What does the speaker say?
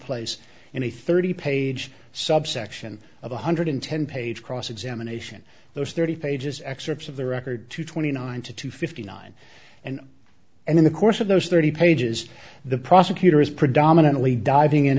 place in a thirty page subsection of one hundred ten page cross examination those thirty pages excerpts of the record to twenty nine to two fifty nine and and in the course of those thirty pages the prosecutor is predominantly diving